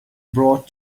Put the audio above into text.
brought